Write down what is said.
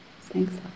Thanks